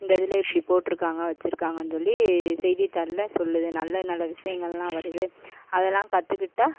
இந்த இதில் இப்படி போட்டிருக்காங்க வச்சிருக்காங்கன்னு சொல்லி செய்தித்தாள்ல சொல்லுது நல்ல நல்ல விசயங்கள்லாம் வருது அதெல்லாம் கத்துகிட்டால்